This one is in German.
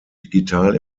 digital